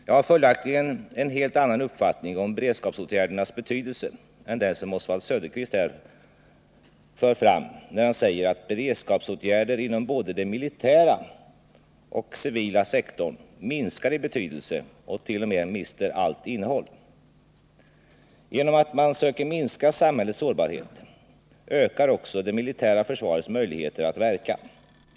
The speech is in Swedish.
Jag har följaktligen en helt annan uppfattning om beredskapsåtgärdernas betydelse än den som Oswald Söderqvist för fram när han säger att beredskapsåtgärder inom både den militära och den civila sektorn minskar i betydelse och t.o.m. mister allt innehåll. Genom att man söker minska samhällets sårbarhet ökar också det militära försvarets möjligheter att verka.